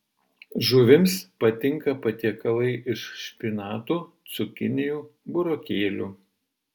žuvims patinka patiekalai iš špinatų cukinijų burokėlių